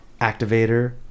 activator